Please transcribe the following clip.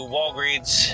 Walgreens